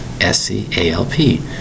S-C-A-L-P